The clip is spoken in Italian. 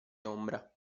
ombra